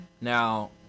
Now